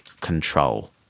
control